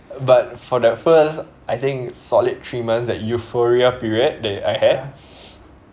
but for that first I think solid three months that euphoria period that I had